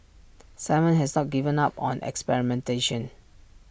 simon has not given up on experimentation